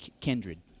kindred